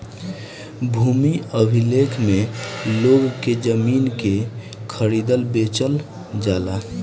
भूमि अभिलेख में लोग के जमीन के खरीदल बेचल जाला